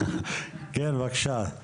כן בבקשה.